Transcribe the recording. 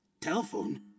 Telephone